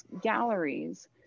galleries